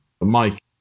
Mike